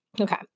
Okay